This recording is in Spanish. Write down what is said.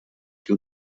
que